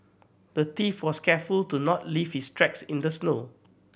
the thief was careful to not leave his tracks in the snow